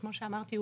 שכמו שאמרתי,